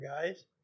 guys